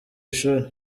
ishuri